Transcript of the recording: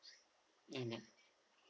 mmhmm